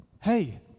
hey